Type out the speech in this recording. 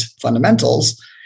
fundamentals